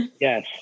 Yes